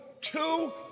two